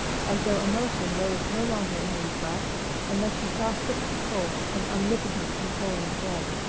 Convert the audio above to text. as though emotion rose no longer in his breast unless she saw fit to pull an omnipotent controlling thread.